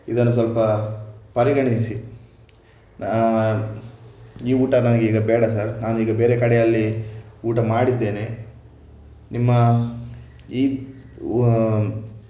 ಇದನ್ನು ಸ್ವಲ್ಪ ಪರಿಗಣಿಸಿ ಈ ಊಟ ನನಗೀಗ ಬೇಡ ಸರ್ ನಾನು ಈಗ ಬೇರೆ ಕಡೆಯಲ್ಲಿ ಊಟ ಮಾಡಿದ್ದೇನೆ ನಿಮ್ಮ ಈ